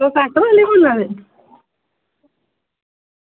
तुस आटो आह्ले बोला दे